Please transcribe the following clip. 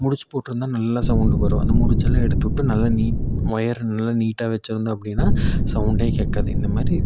முடுச்சு போட்டிருந்தா நல்லா சவுண்டு வரும் அந்த முடிச்செல்லாம் எடுத்துவிட்டு நல்லா நீட் வொயர் நல்லா நீட்டாக வச்சிருந்தோம் அப்படின்னா சவுண்டே கேட்காது இந்த மாதிரி